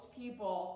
people